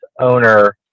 owner